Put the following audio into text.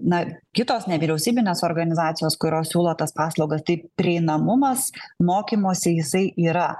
na kitos nevyriausybinės organizacijos kurios siūlo tas paslaugas tai prieinamumas mokymosi jisai yra